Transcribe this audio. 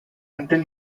until